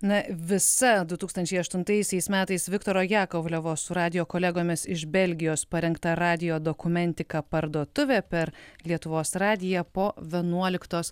na visa du tūkstančiai aštuntaisiais metais viktoro jakovlevo su radijo kolegomis iš belgijos parengta radijo dokumentika parduotuvė per lietuvos radiją po vienuoliktos